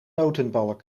notenbalk